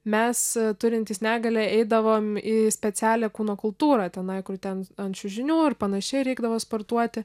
mes turintys negalią eidavom į specialią kūno kultūrą tenai kur ten ant čiužinių ar panašiai reikdavo sportuoti